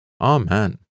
Amen